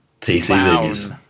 TCV's